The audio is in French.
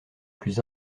plus